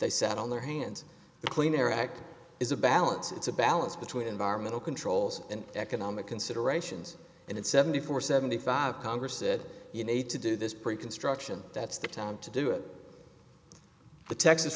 they sat on their hands clean air act is a balance it's a balance between environmental controls and economic considerations and in seventy four seventy five congress said you need to do this pre construction that's the time to do it the texas